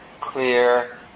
clear